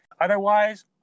Otherwise